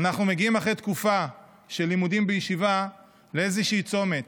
אנחנו מגיעים אחרי תקופה של לימודים בישיבה לאיזשהו צומת: